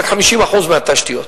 רק 50% מהתשתיות.